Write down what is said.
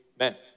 Amen